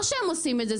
לא שהם עושים את זה,